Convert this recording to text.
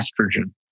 estrogen